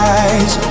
eyes